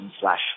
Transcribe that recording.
slash